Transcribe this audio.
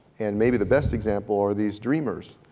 and maybe the best example are these dreamers,